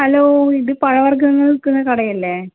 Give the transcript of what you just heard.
hello ഇത് പഴവർഗ്ഗങ്ങൾ വിൽക്കുന്ന കടയല്ലേ